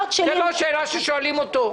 זו לא שאלה ששואלים אותו.